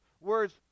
words